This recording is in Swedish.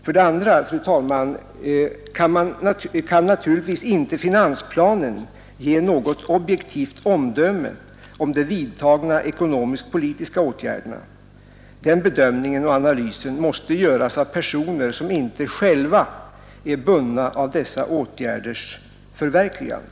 För det andra, fru talman, kan naturligtvis inte finansplanen ge något objektivt omdöme om de vidtagna ekonomisk-politiska åtgärderna. Den bedömningen och analysen måste göras av personer som inte själva är bundna av dessa åtgärders förverkligande.